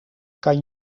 kan